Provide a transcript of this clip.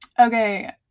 Okay